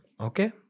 Okay